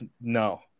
No